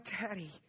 daddy